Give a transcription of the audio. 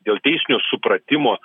dėl teisinio supratimo